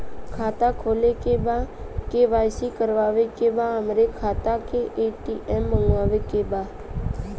खाता खोले के बा के.वाइ.सी करावे के बा हमरे खाता के ए.टी.एम मगावे के बा?